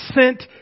sent